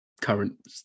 current